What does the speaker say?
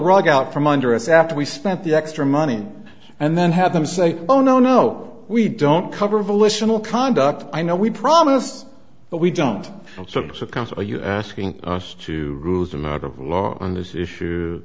rug out from under us after we spent the extra money and then have them say oh no no we don't cover volitional conduct i know we promised but we don't sort of counsel you asking us to root them out of law on this issue